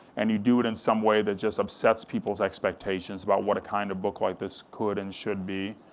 and you do it in some way that just upsets people's expectations about what a kind of book like this could and should be,